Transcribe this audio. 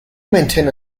maintain